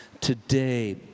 today